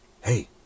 hey